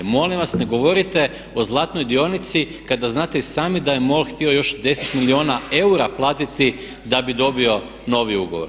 Molim vas ne govorite o zlatnoj dionici kada znate i sami da je MOL htio još 10 milijuna eura platiti da bi dobio novi ugovor.